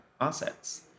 assets